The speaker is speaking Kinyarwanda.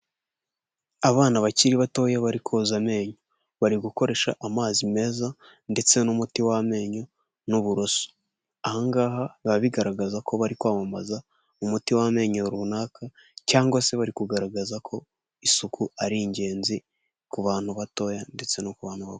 Abana bakiri batoya bari koza amenyo bari gukoresha amazi meza ndetse n'umuti w'amenyo n'uburoso, ahangaha biba bigaragaza ko bari kwamamaza umuti w'amenyo runaka cyangwa se bari kugaragaza ko isuku ari ingenzi ku bantu batoya ndetse no ku bantu bakuru.